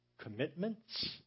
commitments